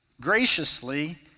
graciously